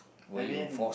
I mean